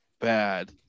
Bad